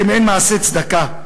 כמעין מעשה צדקה.